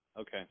Okay